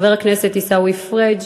חבר הכנסת עיסאווי פריג'.